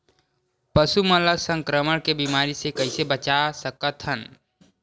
पशु मन ला संक्रमण के बीमारी से कइसे बचा सकथन?